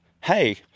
hey